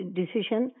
decision